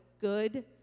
good